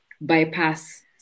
bypass